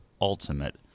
Ultimate